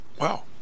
Wow